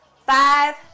five